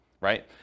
right